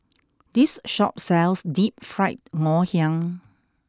this shop sells deep fried Ngoh Hiang